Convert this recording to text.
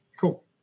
Cool